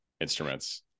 instruments